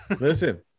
Listen